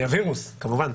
הווירוס, כמובן.